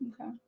Okay